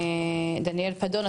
דניאל פדון,